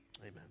Amen